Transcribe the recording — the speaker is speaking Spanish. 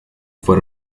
fue